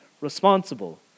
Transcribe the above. responsible